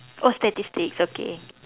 oh statistics okay